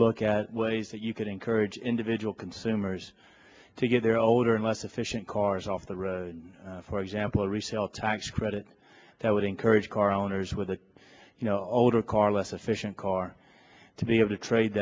look at ways that you could encourage individual consumers to get their older and less efficient cars off the road for example resell tax credit that would encourage car owners with the older car less efficient car to be able to trade